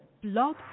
Blog